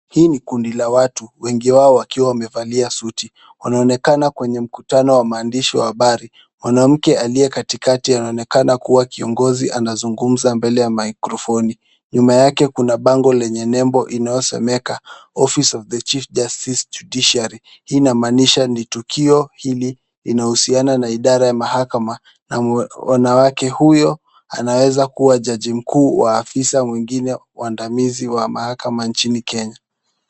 Hii ni kundi la watu. Wengi wao wakiwa wamevalia suti. Wanaonekana kwenye mkutano wa mwandishi wa habari. Mwanamke aliye katikati anaonekana kuwa kiongozi anazungumza mbele ya maikrofoni. Nyuma yake kuna bango lenye nembo inayosomeka office of the chief justice judiciary . Hii inamaanisha ni tukio inahusiana na idara ya mahakama na wanawake huyo anaweza kuwa jaji mkuu wa afisa mwingine waandamizi wa mahakama nchini Kenya.